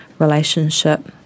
relationship